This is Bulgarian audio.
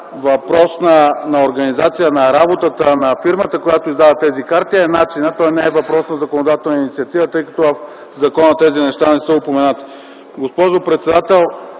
Въпрос на организация на работата на фирмата, която издава тези карти, е начинът, той не е въпрос на законодателна инициатива, тъй като в закона тези неща не са упоменати. Госпожо председател,